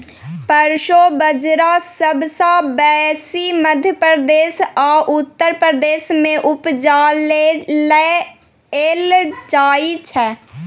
proso बजरा सबसँ बेसी मध्य प्रदेश आ उत्तर प्रदेश मे उपजाएल जाइ छै